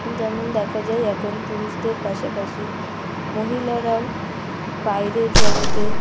যেমন দেখা যায় এখন পুরুষদের পাশাপাশি মহিলারাও বাইরের জগতে